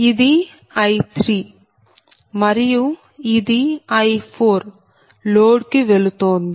ఇది I3 మరియు ఇది I4 లోడ్ కు వెళుతోంది